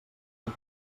pot